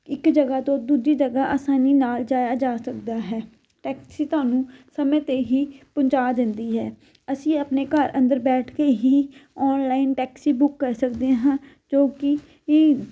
ਇੱਕ ਜਗ੍ਹਾ ਤੋਂ ਦੂਜੀ ਜਗ੍ਹਾ ਆਸਾਨੀ ਨਾਲ ਜਾਇਆ ਜਾ ਸਕਦਾ ਹੈ ਟੈਕਸੀ ਤੁਹਾਨੂੰ ਸਮੇਂ 'ਤੇ ਹੀ ਪਹੁੰਚਾ ਦਿੰਦੀ ਹੈ ਅਸੀਂ ਆਪਣੇ ਘਰ ਅੰਦਰ ਬੈਠ ਕੇ ਹੀ ਔਨਲਾਈਨ ਟੈਕਸੀ ਬੁੱਕ ਕਰ ਸਕਦੇ ਹਾਂ ਜੋ ਕਿ